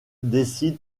décide